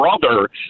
brother